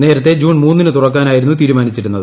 നേരത്തെ ജൂൺ മൂന്നിന് തുറക്കാനായിരുന്നു തീരുമാനിച്ചിരുന്നത്